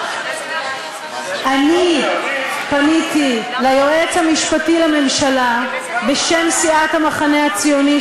אני פניתי ליועץ המשפטי לממשלה בשם סיעת המחנה הציוני,